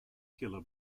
killer